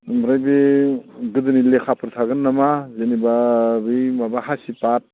ओमफ्राय बे गोदोनि लेखाफोर थागोन नामा जेनेबा बै माबा हासिबाद